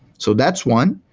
so that's one.